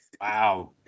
wow